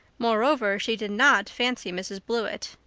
more-over, she did not fancy mrs. blewett.